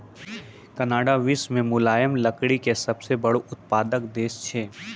Canada विश्व मॅ मुलायम लकड़ी के सबसॅ बड़ो उत्पादक देश छै